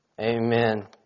Amen